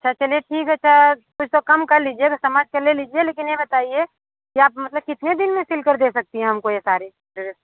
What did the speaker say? अच्छा चलिए ठीक है कुछ तो कम कर लीजिए समझ कर ले लीजिए लेकिन ये बताइए कि आप मतलब कितने दिन में सिल कर दे सकती हैं हमको ये सारे ड्रेस